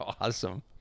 Awesome